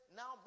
now